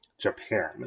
Japan